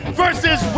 versus